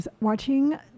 watching